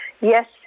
yes